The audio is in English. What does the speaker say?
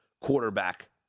quarterback